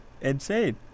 insane